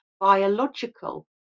biological